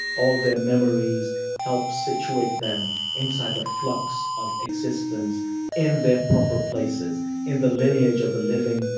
all their memories help situate them inside the flux of existence in their proper places in the lineage of the living,